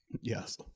yes